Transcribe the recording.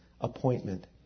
appointment